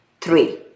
three